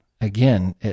Again